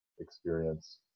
experience